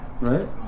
right